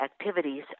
activities